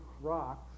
rocks